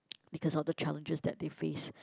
because of the challenges that they face